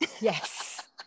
yes